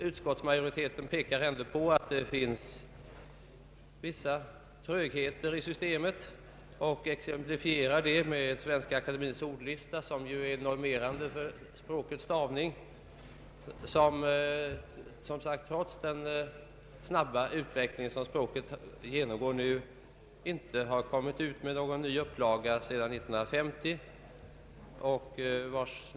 Utskottsmajoriteten pekar ändå på att det finns vissa trögheter i systemet och exemplifierar det med Svenska akademiens ordlista, som ju är normerande för språkets stavning. Trots den snabba utveckling som språket nu genomgår har ordlistan inte kommit ut i någon ny upplaga sedan 1950.